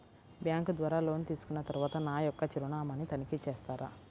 Bank ద్వారా loan తీసుకున్న తరువాత నా యొక్క చిరునామాని తనిఖీ చేస్తారా?